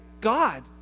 God